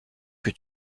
que